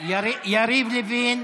יריב לוין,